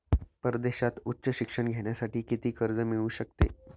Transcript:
परदेशात उच्च शिक्षण घेण्यासाठी किती कर्ज मिळू शकते?